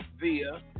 via